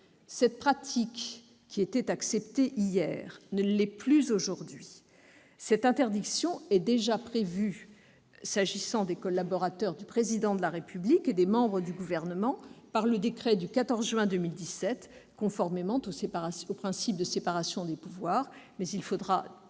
Cette pratique acceptée hier ne l'est plus aujourd'hui. Cette interdiction est déjà prévue, pour ce qui concerne les collaborateurs du Président de la République et des membres du Gouvernement, par le décret du 14 juin 2017, conformément au principe de séparation des pouvoirs. Des dispositions